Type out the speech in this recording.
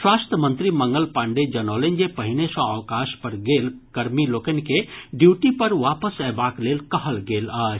स्वास्थ्य मंत्री मंगल पाण्डेय जनौलनि जे पहिने सँ अवकाश पर गेल कर्मी लोकनि के ड्यूटी पर वापस अयबाक लेल कहल गेल अछि